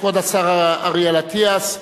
ישיב כבוד השר אריאל אטיאס,